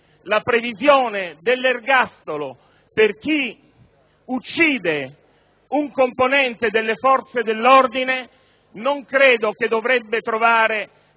la previsione dell'ergastolo per chi uccide un componente delle forze dell'ordine non credo dovrebbe trovare